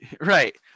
Right